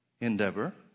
endeavor